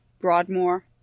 Broadmoor